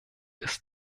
ist